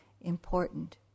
important